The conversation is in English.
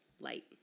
light